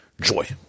joy